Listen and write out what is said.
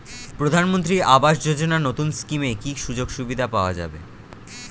প্রধানমন্ত্রী আবাস যোজনা নতুন স্কিমে কি কি সুযোগ সুবিধা পাওয়া যাবে?